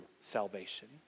salvation